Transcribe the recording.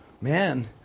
Man